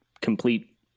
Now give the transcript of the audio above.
complete